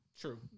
True